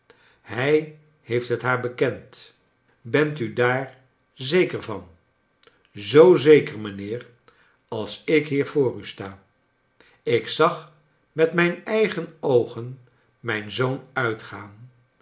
hij heeft het haar bekend bent u daar zeker van zoo zeker mijnheer als ik hier voor u sta ik zag met mijn eigen oogen mijn zoon nitgaan